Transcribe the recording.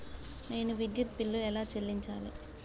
నేను విద్యుత్ బిల్లు ఎలా చెల్లించాలి?